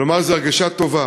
ולומר: זו הרגשה טובה